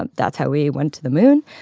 and that's how we went to the moon.